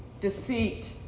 deceit